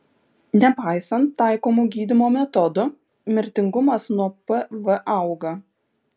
nepaisant taikomų gydymo metodų mirtingumas nuo pv auga